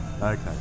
Okay